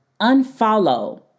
unfollow